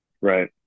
Right